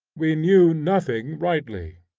we knew nothing rightly,